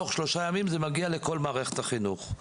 זה מגיע לכל מערכת החינוך תוך שלושה ימים.